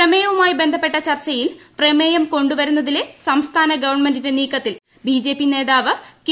പ്രമേയവുമായി ബന്ധപ്പെട്ട ചർച്ചയിൽ പ്രമേയ്ക്ക്കൊണ്ടു വരുന്നതിലെ സംസ്ഥാന ഗവൺമെന്റിന്റെ നീക്ക്ത്തിൽ ബിജെപി നേതാവ് കെ